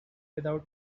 without